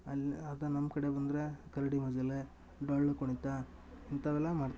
ಅಲ್ಲಿ ಅದ ನಮ್ಕಡೆ ಬಂದರೆ ಕರಡಿಮಜಲ ಡೊಳ್ಳುಕುಣಿತ ಇಂಥವೆಲ್ಲ ಮಾಡ್ತಾರೆ